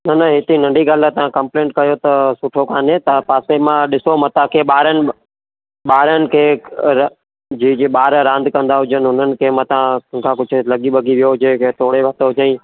न न हेतिरी नंढी ॻाल्हि लाइ तव्हां कमप्लेंट कयो त सुठो कान्हे तव्हां पासे मां ॾिसो मां तव्हांखे ॿारनि ॿारनि खे जी जी ॿार रांदि कंदा हुजनि उन्हनि खां मतां उन्हनि खां मतां कुझु लॻी भॻी वियो हुजे कंहिं तोड़े लाथो हुजईं